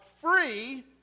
free